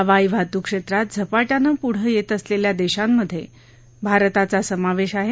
हवाई वाहतूक क्षेत्रात झपाट्यानं पुढं येत असलेल्या देशांमध्ये भारताचा समावेश आहे